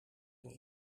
ging